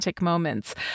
moments